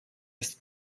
ist